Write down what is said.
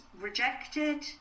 rejected